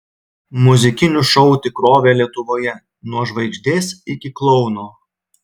muzikinių šou tikrovė lietuvoje nuo žvaigždės iki klouno